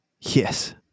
yes